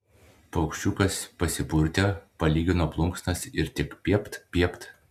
paukščiukas pasipurtė palygino plunksnas ir tik piept piept